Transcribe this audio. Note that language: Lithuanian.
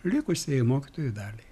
likusiai mokytojų daliai